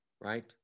right